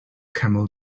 camel